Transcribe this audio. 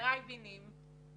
למזלנו הרב בתי החולים על צוותיהם,